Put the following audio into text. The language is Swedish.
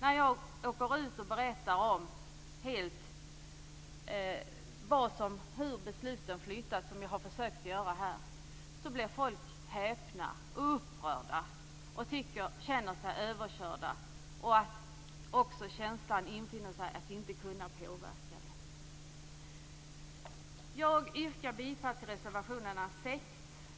När jag åker ut och berättar hur besluten flyttas, som jag har försökt att göra här, blir folk häpna och upprörda. De känner sig överkörda, och känslan att inte ha möjlighet att påverka infinner sig. Jag yrkar bifall till reservationerna 6,